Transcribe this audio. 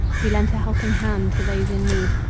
who lent a helping hand to those in need,